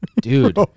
dude